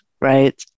right